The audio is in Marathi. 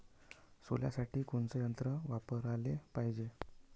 सोल्यासाठी कोनचं यंत्र वापराले पायजे?